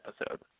episode